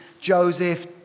Joseph